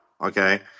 Okay